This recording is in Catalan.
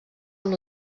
amb